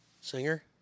Singer